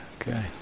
Okay